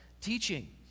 teaching